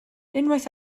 unwaith